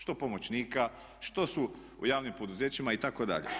Što pomoćnika, što su u javnim poduzećima itd.